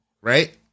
right